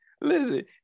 Listen